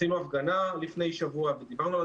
עשינו הפגנה לפני שבוע ודיברנו.